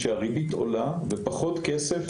אבל אני רוצה להתחיל קודם כל בחקיקה שהייתה אתמול ובתהליך